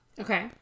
Okay